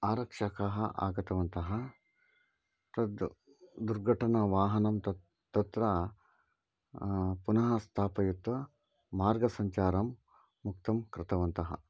आरक्षकाः आगतवन्तः तद् दुर्घटनावाहनं तत् तत्र पुनः स्थापयित्वा मार्गसञ्चारं मुक्तं कृतवन्तः